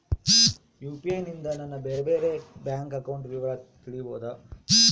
UPI ನಿಂದ ನನ್ನ ಬೇರೆ ಬೇರೆ ಬ್ಯಾಂಕ್ ಅಕೌಂಟ್ ವಿವರ ತಿಳೇಬೋದ?